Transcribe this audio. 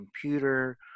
computer